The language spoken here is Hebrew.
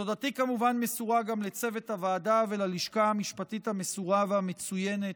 תודתי כמובן מסורה גם לצוות הוועדה וללשכה המשפטית המסורה והמצוינת,